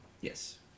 Yes